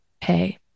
pay